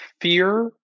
fear